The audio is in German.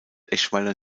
eschweiler